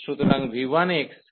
সুতরাং v1x থেকে v2x